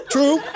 True